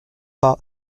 pas